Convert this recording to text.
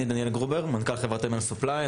אני מנכ"ל חברת אמ.אי.אל סופליי.